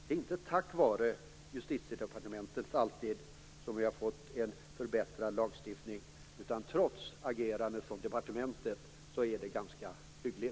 Det är inte alltid tack vare Justitiedepartementet som vi fått en förbättrad lagstiftning, utan trots agerandet från departementet är den ganska hygglig.